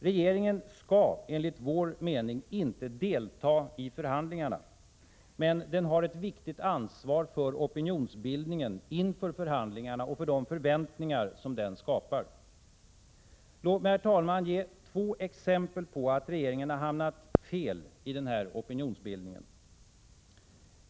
Regeringen skall enligt vår mening inte delta i förhandlingarna, men den har ett viktigt ansvar för opinionsbildningen inför förhandlingarna och för de förväntningar som denna skapar. Låt mig, herr talman, ge två exempel på att regeringen hamnat fel i denna opinionsbildning.